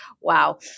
wow